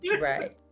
right